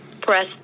Press